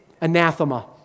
Anathema